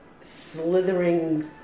slithering